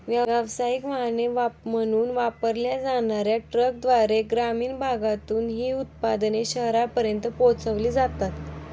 व्यावसायिक वाहने म्हणून वापरल्या जाणार्या ट्रकद्वारे ग्रामीण भागातून ही उत्पादने शहरांपर्यंत पोहोचविली जातात